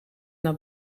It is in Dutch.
naar